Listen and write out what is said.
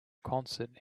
concert